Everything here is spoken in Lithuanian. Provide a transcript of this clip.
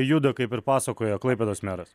juda kaip ir pasakojo klaipėdos meras